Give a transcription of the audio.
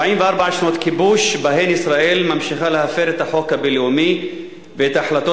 44 שנות כיבוש שבהן ישראל ממשיכה להפר את החוק הבין-לאומי ואת ההחלטות